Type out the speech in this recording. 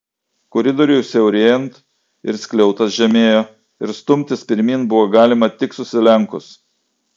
koridoriui siaurėjant ir skliautas žemėjo ir stumtis pirmyn buvo galima tik susilenkus